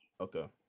Okay